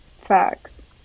Facts